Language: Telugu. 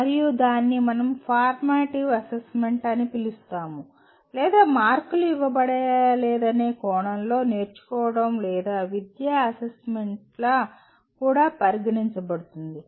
మరియు దానిని మనం ఫార్మేటివ్ అసెస్మెంట్ అని పిలుస్తాము లేదా మార్కులు ఇవ్వబడలేదనే కోణంలో నేర్చుకోవడం లేదా విద్యా అసెస్మెంట్గా కూడా పరిగణించబడుతుంది